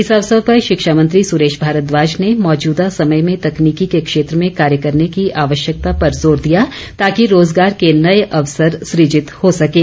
इस अवसर पर शिक्षा मंत्री सुरेश भारद्वाज ने मौजूदा समय में तकनीकी के क्षेत्र में कार्य करने की आवश्यकता पर जोर दिया ताकि रोजगार के नए अवसर सुजित हो सकें